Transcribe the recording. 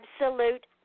absolute